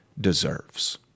deserves